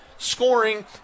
scoring